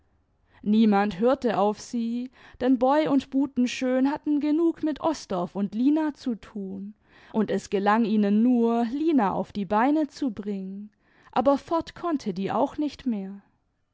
niemand hörte auf sie denn boy und butenschön hatten genug mit osdorff und lina zu tun und es gelang ihnen nur lina auf die beine zu bringen aber fort konnte die auch nicht mehr